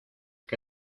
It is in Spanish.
que